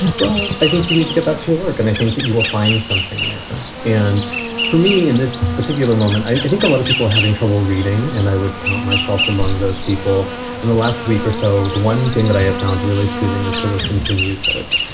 well, i think you need to get back to work. and i think that you will find something there. and for me, in this particular moment, i think a lot of people are having trouble reading. and i would count myself among those people in the last week or so. the one thing that i have found really soothing is to listen to music.